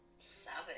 Savage